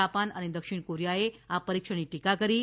Japan અને દક્ષિણ કોરિયાએ આ પરીક્ષણની ટીકા કરી છે